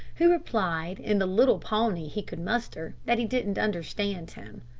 who replied, in the little pawnee he could muster, that he didn't understand him.